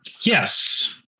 Yes